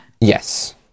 Yes